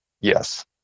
Yes